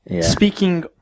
Speaking